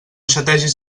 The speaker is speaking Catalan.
xategis